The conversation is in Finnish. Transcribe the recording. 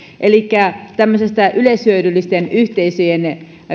elikkä tämmöisestä yleishyödyllisten yhteisöjen